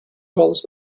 gulls